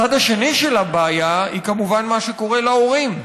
הצד השני של הבעיה הוא כמובן מה שקורה להורים.